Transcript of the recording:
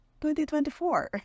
2024